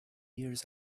years